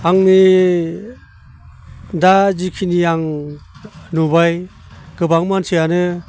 आंनि दा जिखिनि आं नुबाय गोबां मानसियानो